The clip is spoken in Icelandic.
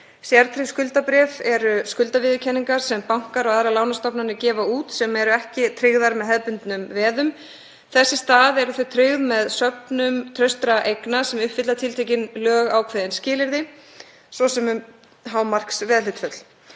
Sértryggð skuldabréf eru skuldaviðurkenningar sem bankar og aðrar lánastofnanir gefa út sem eru ekki tryggðar með hefðbundnum veðum. Þess í stað eru þau tryggð með söfnum traustra eigna sem uppfylla tiltekin lögákveðin skilyrði, svo sem um hámarksveðhlutföll.